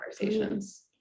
conversations